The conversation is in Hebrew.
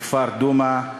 בכפר דומא,